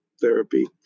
therapy